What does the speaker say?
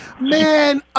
Man